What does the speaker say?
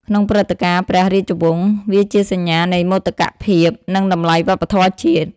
ក្នុងព្រឹត្តិការណ៍ព្រះរាជវង្ស វាជាសញ្ញានៃមោទកភាព និងតម្លៃវប្បធម៌ជាតិ។